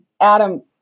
Adam